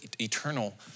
eternal